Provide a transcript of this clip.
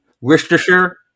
Worcestershire